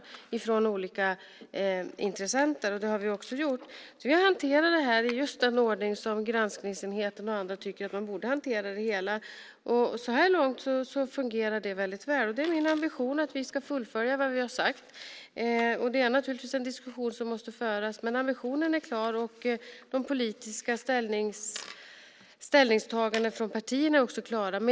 Vi har hanterat den här frågan i den ordning som granskningsenheten och andra tycker att man borde hantera det hela. Så här långt fungerar det väl. Det är min ambition att vi ska fullfölja vad vi har sagt. Det är naturligtvis en diskussion som måste föras. Ambitionen är klar, och de politiska ställningstagandena från partierna är klara.